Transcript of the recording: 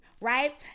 right